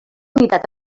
unitat